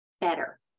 better